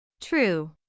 True